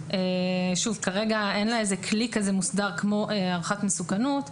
כרגע אין לה כלי מוסדר כמו הערכת מסוכנות,